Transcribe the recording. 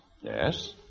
Yes